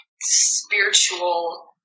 spiritual